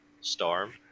Storm